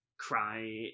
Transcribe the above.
Cry